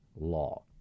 law